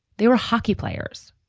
they were hockey players.